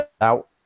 out